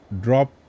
Drop